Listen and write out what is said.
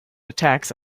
attacks